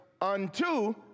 unto